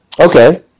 Okay